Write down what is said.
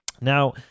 Now